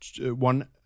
one